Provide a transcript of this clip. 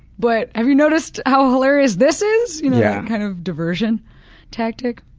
but have you noticed how hilarious this is? you know, a kind of diversion tactic.